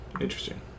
interesting